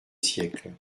siècle